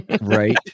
Right